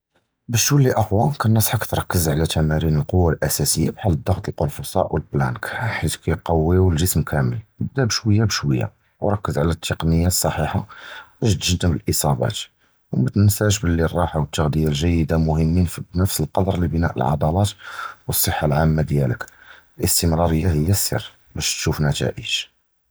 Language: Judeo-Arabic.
בַּשּׁ תּוֹלִי אַקְּווַא נְנְצַחְכּ תְּרַכֵּז עַל תַּמָארִין הַקְּוַעָה הַעִסָּאסִיִּים בְּחָאל דַּחַף הַקֶּרְפְסָאא וְהַפְּלַאנְק, כִּיַּא קְיוּיוּ הַגּוּסְם קָאמְל, אַבְדָא שְׁוַיָּה בְּשׁוַיָּה וְתְּרַכֵּז עַל טֶכְנִיקָה סַחִיחָה בַּשּׁ תִּתְגַּנְבֵּ אִלִּי אִסְצָאבָּאת וּמַתְנַסָּש בְּלִי בְּלִי רַחָה וְתַּגְ'זִיָּה גְּ'יּוּדָה מֻנָסְבָּה מְהִם בְּנְפְס הַקַּדָר לִבְנַאי הַעֲדְלָת וְהַסַּחָה הָעָאמָה דִיַּאלְכּ, הַאִסְתִמְרָארִיָּה הִי הַסֵר בַּשּׁ תִּשּׁוּף נַתִּיג.